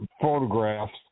photographs